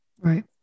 right